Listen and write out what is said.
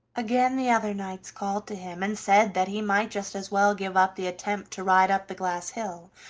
again the other knights called to him, and said that he might just as well give up the attempt to ride up the glass hill,